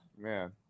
man